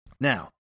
Now